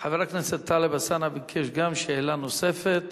חבר הכנסת טלב אלסאנע ביקש גם שאלה נוספת,